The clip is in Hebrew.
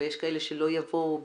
ויש כאלה שלא יבואו